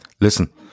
Listen